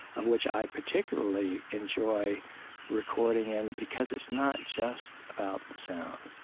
of which i particularly enjoy recording in because it's not just about the sound,